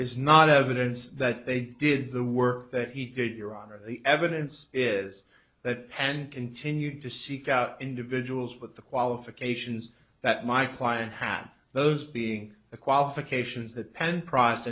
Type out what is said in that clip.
is not evidence that they did the work that he did your honor the evidence is that and continued to seek out individuals but the qualifications that my client had those being the qualifications that penn pr